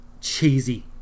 cheesy